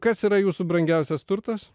kas yra jūsų brangiausias turtas